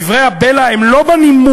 דברי הבלע הם לא בנימוק,